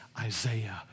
Isaiah